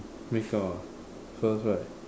make up ah first right